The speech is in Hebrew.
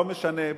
לא משנה,